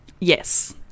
Yes